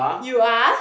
you are